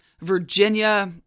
Virginia